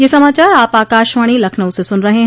ब्रे क यह समाचार आप आकाशवाणी लखनऊ से सुन रहे हैं